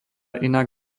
inak